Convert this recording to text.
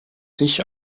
sich